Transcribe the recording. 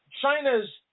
China's